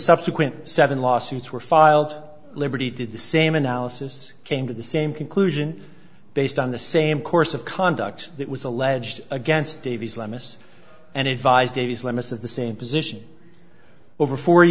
subsequent seven lawsuits were filed liberty did the same analysis came to the same conclusion based on the same course of conduct that was alleged against davies lamis and advised davies limits of the same position over fo